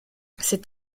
cet